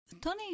Tony